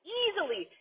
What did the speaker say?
easily –